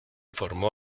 formó